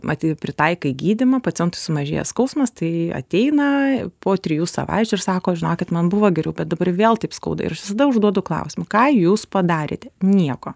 matyt pritaikė gydymą pacientui sumažėja skausmas tai ateina po trijų savaičių ir sako žinokit man buvo geriau bet dabar vėl taip skauda ir aš visada užduodu klausimą ką jūs padarėte nieko